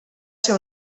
ser